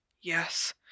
Yes